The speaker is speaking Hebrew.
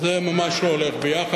זה ממש לא הולך יחד.